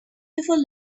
before